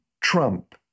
Trump